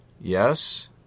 yes